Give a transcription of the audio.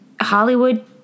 Hollywood